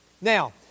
Now